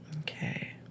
Okay